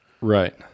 Right